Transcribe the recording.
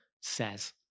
says